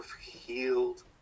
healed